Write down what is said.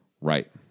Right